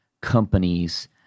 companies